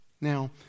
Now